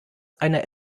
einer